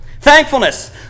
thankfulness